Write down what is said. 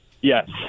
Yes